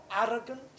arrogant